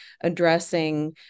addressing